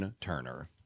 Turner